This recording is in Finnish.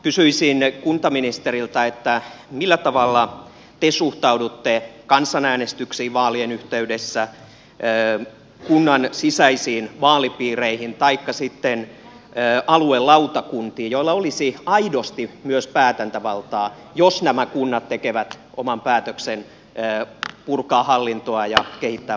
kysyisin kuntaministeriltä millä tavalla te suhtaudutte kansanäänestyksiin vaalien yhteydessä kunnan sisäisiin vaalipiireihin taikka sitten aluelautakuntiin joilla olisi aidosti myös päätäntävaltaa jos nämä kunnat tekevät oman päätöksen purkaa hallintoa ja kehittää palveluita